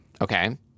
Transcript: Okay